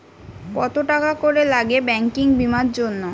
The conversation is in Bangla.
কত টাকা করে লাগে ব্যাঙ্কিং বিমার জন্য?